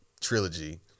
trilogy